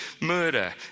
murder